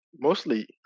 Mostly